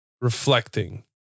reflecting